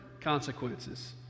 consequences